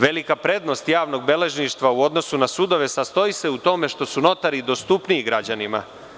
Velika prednost javnog beležništva u odnosu na sudove sastoji se u tome što su notari dostupniji građanima.